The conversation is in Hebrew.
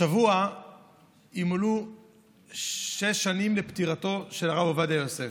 השבוע ימלאו שש שנים לפטירתו של הרב עובדיה יוסף.